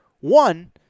One